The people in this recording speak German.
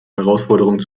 herausforderung